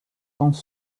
sans